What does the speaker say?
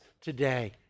today